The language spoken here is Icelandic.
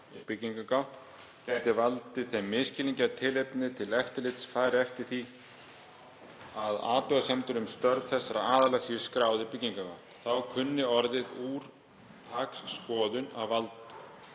byggingagátt gæti valdið þeim misskilningi að tilefni til eftirlits fari eftir því að athugasemdir um störf þessara aðila séu skráð í byggingagátt. Þá kunni orðið „úrtaksskoðun“ að valda